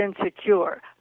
insecure